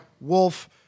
wolf